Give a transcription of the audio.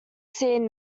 seen